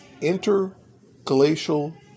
interglacial